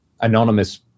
anonymous